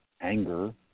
anger